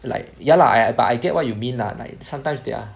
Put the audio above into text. like ya lah I but I get what you mean lah like sometimes there are